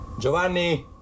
giovanni